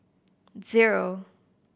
zero